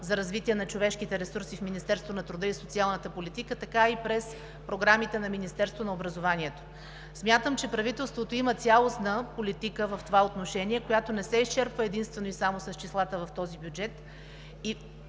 за развитие на човешките ресурси в Министерството на труда и социалната политика, така и през програмите на Министерство на образованието. Смятам, че правителството има цялостна политика в това отношение, която не се изчерпва единствено и само с числата в този бюджет.